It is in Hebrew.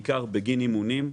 בעיקר בגין אימונים,